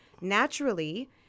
naturally